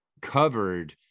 covered